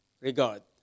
regard